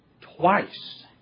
twice